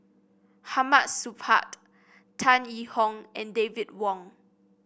Hamid Supaat Tan Yee Hong and David Wong